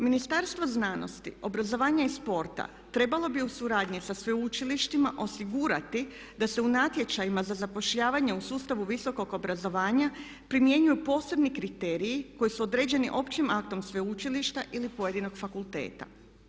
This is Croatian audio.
Ministarstvo znanosti, obrazovanja i sporta trebalo bi u suradnji sa sveučilištima osigurati da se u natječajima za zapošljavanje u sustavu visokog obrazovanja primjenjuju posebni kriteriji koji su određeni općim aktom sveučilišta ili pojedinog fakulteta.